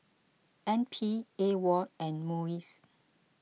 N P Awol and Muis